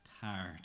tired